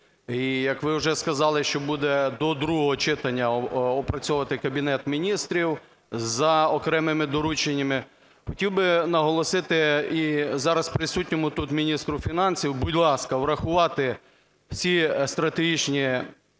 І, як ви уже сказали, що буде до другого читання опрацьовувати Кабінет Міністрів за окремими дорученнями, хотів би наголосити і зараз присутньому тут міністру фінансів, будь ласка, врахувати всі стратегічні